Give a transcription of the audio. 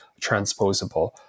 transposable